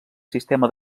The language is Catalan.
sistema